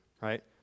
right